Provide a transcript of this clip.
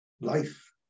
Life